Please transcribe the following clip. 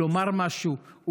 לומר משהו,